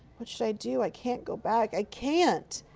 what should i do? i can't go back! i can't!